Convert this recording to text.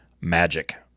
magic